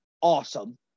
awesome